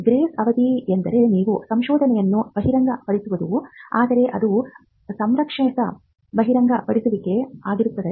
grace ಅವಧಿ ಎಂದರೆ ನೀವು ಸಂಶೋಧನೆಯನ್ನು ಬಹಿರಂಗಪಡಿಸಬಹುದು ಆದರೆ ಅದು ಸಂರಕ್ಷಿತ ಬಹಿರಂಗಪಡಿಸುವಿಕೆ ಆಗಿರಬೇಕು